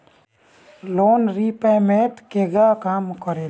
Loan repayment केगा काम करेला?